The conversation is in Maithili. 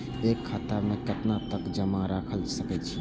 एक खाता में केतना तक जमा राईख सके छिए?